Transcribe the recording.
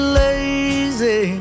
lazy